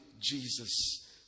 Jesus